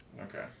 Okay